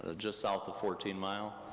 ah just south of fourteen mile.